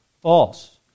False